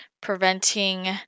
preventing